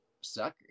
suck